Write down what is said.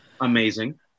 amazing